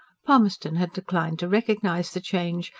palmerston had declined to recognise the change,